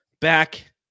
back